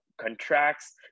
contracts